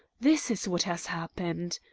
this is what has happened,